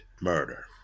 murder